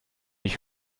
ich